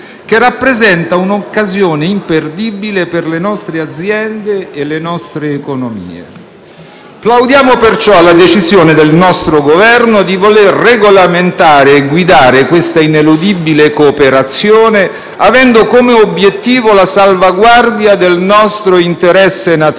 Plaudiamo perciò alla decisione del nostro Governo di voler regolamentare e guidare queste ineludibile cooperazione avendo come obiettivo la salvaguardia del nostro interesse nazionale e dei valori e principi su cui si fondano le nostre economie e la nostra società.